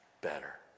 better